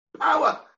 Power